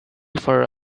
for